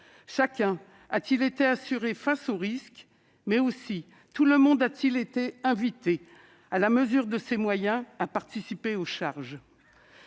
Chacun a-t-il été assuré face aux risques ? Tout le monde a-t-il été invité, à la mesure de ses moyens, à participer aux charges ?